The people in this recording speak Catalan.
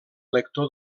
lector